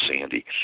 Sandy